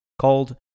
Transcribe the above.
called